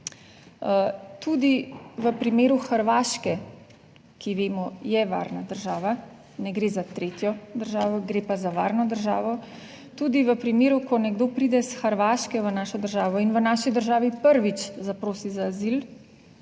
Tudi v primeru Hrvaške, ki vemo je varna država, ne gre za tretjo državo, gre pa za varno državo tudi v primeru, ko nekdo pride s Hrvaške v našo državo in v naši državi prvič zaprosi za azil,